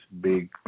big